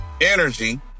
energy